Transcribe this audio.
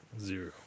Zero